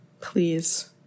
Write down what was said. Please